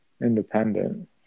independent